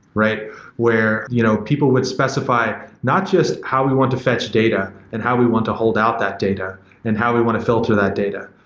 where you know people would specify not just how we want to fetch data and how we want to hold out that data and how we want to filter that data.